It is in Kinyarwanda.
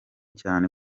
cyane